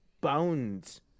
bones